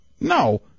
No